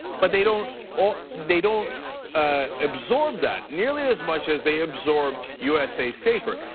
but they don't ah they don't ah absorb that nearly as much as they absorb usa safer.